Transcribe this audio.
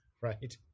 right